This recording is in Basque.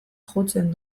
jotzen